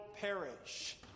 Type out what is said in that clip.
perish